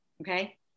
okay